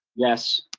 yes.